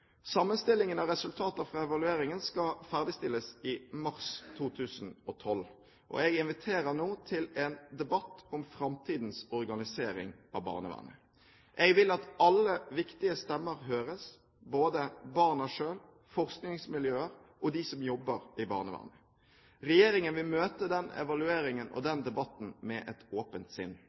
Sammenstillingen av resultater fra evalueringen skal ferdigstilles i mars 2012. Jeg inviterer nå til en debatt om framtidens organisering av barnevernet. Jeg vil at alle viktige stemmer høres – både barna selv, forskningsmiljøer og de som jobber i barnevernet. Regjeringen vil møte den evalueringen og den debatten med et åpent sinn.